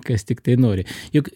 kas tiktai nori juk